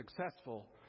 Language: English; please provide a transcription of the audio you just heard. successful